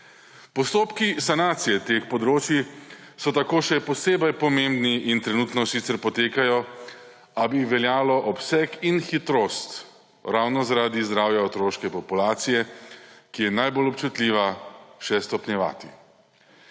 Postopki sanacije teh področij so tako še posebej pomembni in trenutno sicer potekajo, a bi veljalo obseg in hitrost ravno zaradi zdravja otroške populacije, ki je najbolj občutljiva, še stopnjevati.